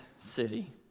city